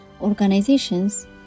organizations